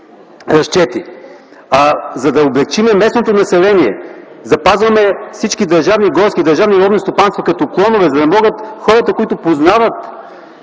разчети. За да облекчим местното население запазваме всички държавни горски, държавни ловни стопанства като клонове, за да могат хората, които познават